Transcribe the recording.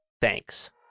Thanks